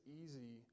easy